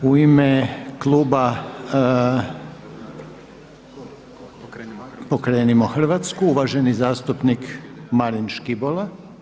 U ime kluba Pokrenimo Hrvatsku uvaženi zastupnik Marin Škibola.